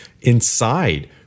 inside